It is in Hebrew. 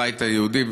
הבית היהודי,